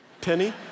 Penny